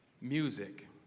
music